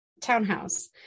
townhouse